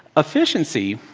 efficiency